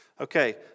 Okay